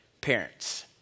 Parents